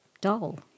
dull